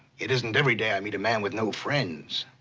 it isn't every day i meet a man with no friends.